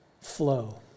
flow